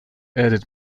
added